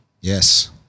Yes